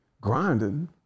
grinding